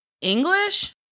English